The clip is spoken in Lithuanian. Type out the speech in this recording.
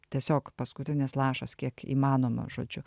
tiesiog paskutinis lašas kiek įmanoma žodžiu